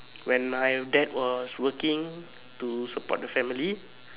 when my dad was working to support the family